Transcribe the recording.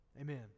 Amen